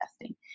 investing